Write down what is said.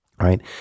right